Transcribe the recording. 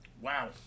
wow